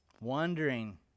Wondering